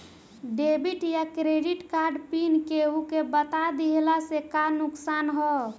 Debit या credit card pin केहूके बता दिहला से का नुकसान ह?